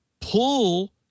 pull